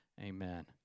Amen